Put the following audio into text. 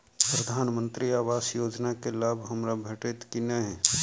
प्रधानमंत्री आवास योजना केँ लाभ हमरा भेटतय की नहि?